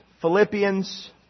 Philippians